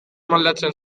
moldatzen